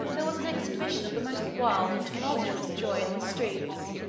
there was an exhibition of the most wild and tumultuous joy in the streets,